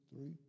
three